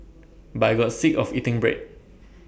but I got sick of eating bread